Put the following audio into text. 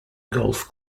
golf